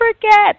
forget